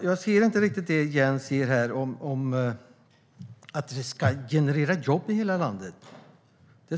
Jag ser inte att det står någonstans om att det ska generera jobb i hela landet.